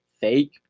fake